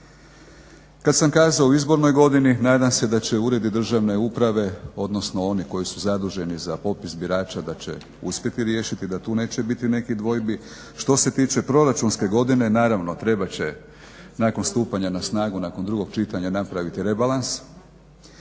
Kad sam kazao u izbornoj godini nadam se da će uredi državne uprave odnosno oni koji su zaduženi za popis birača da će uspjeti riješiti, da tu neće biti nekih dvojbi. Što se tiče proračunske godine naravno trebat će nakon stupanja na snagu nakon drugog čitanja napraviti rebalans.